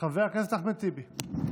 חבר הכנסת אחמד טיבי.